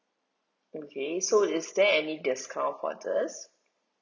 okay so is there any discount for this